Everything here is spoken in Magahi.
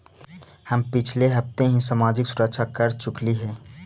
हम पिछले हफ्ते ही सामाजिक सुरक्षा कर चुकइली हे